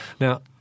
Now